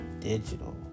digital